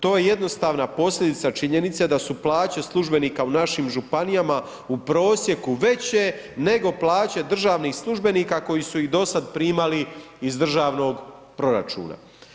To je jednostavna posljedica činjenice da su plaće službenika u našim županijama u prosjeku veće nego plaće državnih službenika koji su ih do sada primali iz državnog proračuna.